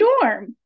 Storm